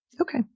Okay